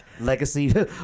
legacy